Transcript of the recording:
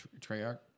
Treyarch